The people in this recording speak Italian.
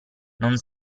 non